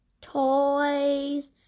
Toys